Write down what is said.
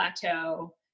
Plateau